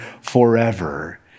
Forever